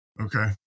okay